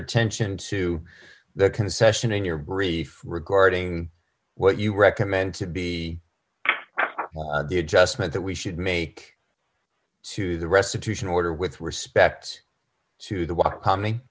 attention to that concession in your brief regarding what you recommend to be the adjustment that we should make to the restitution order with respect to the